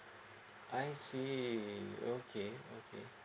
I see okay okay